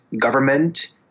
government